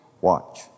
Watch